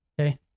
Okay